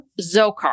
Zokar